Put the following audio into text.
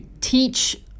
teach